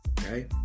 okay